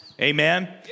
Amen